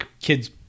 kid's